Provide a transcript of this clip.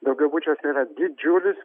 daugiabučiuose yra didžiulis